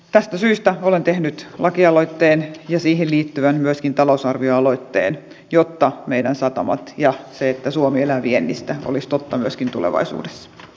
tästä syystä olen tehnyt lakialoitteen ja myöskin siihen liittyvän talousarvioaloitteen jotta meidän satamamme ja se että suomi elää viennistä olisi totta myöskin tulevaisuudessa